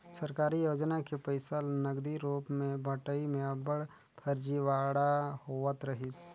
सरकारी योजना के पइसा ल नगदी रूप में बंटई में अब्बड़ फरजीवाड़ा होवत रहिस